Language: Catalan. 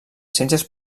ciències